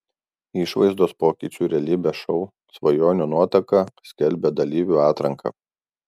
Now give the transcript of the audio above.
išvaizdos pokyčių realybės šou svajonių nuotaka skelbia dalyvių atranką